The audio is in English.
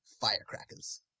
firecrackers